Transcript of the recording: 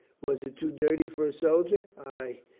was it too dirty for a soldier? ay,